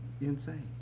Insane